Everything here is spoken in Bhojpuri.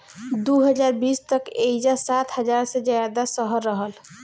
दू हज़ार बीस तक एइजा सात हज़ार से ज्यादा शहर रहल